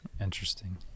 Interesting